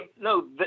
no